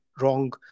wrong